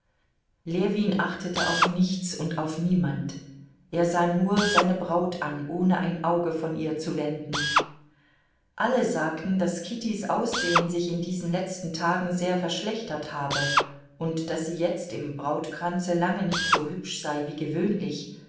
ljewin achtete auf nichts und auf niemand er sah nur seine braut an ohne ein auge von ihr zu wenden alle sagten daß kittys aussehen sich in diesen letzten tagen sehr verschlechtert habe und daß sie jetzt im brautkranze lange nicht so hübsch sei wie gewöhnlich